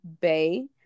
bay